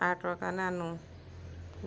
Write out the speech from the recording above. আৰ্টৰ কাৰণে আনো